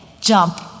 jump